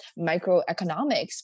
microeconomics